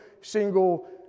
single